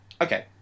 Okay